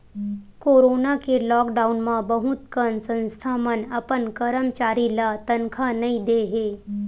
corona के lockdown म बहुत कन संस्था मन अपन करमचारी ल तनखा नइ दे हे